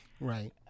right